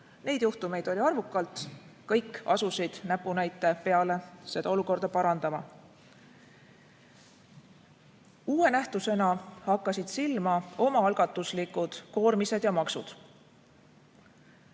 Neid juhtumeid oli arvukalt, kõik asusid näpunäite peale seda olukorda parandama. Uue nähtusena hakkasid silma omaalgatuslikud koormised ja maksud.